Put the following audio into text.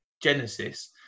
genesis